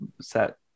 set